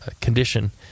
condition